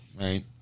right